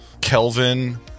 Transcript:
Kelvin